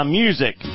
music